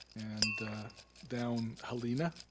and down helena.